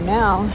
now